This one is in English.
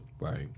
Right